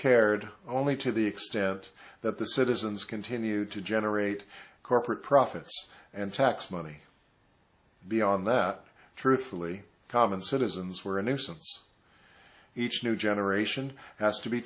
cared only to the extent that the citizens continued to generate corporate profits and tax money beyond that truthfully common citizens were a nuisance each new generation has to be